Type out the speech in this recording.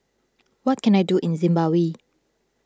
what can I do in Zimbabwe